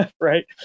Right